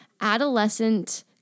adolescent